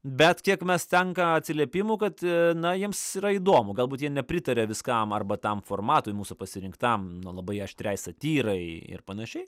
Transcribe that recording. bet kiek mes tenka atsiliepimų kad na jiems yra įdomu galbūt jie nepritaria viskam arba tam formatui mūsų pasirinktam nu labai aštriai satyrai ir panašiai